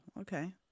okay